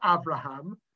Abraham